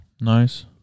Nice